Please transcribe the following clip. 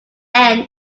end